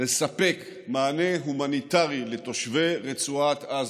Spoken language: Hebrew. לספק מענה הומניטרי לתושבי רצועת עזה.